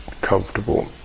comfortable